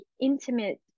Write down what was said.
intimate